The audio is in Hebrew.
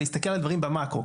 להסתכל על דברים במקרו,